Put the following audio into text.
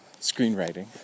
screenwriting